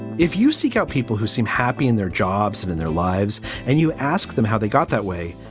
if you seek out people who seem happy in their jobs and in their lives. and you ask them how they got that way.